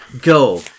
go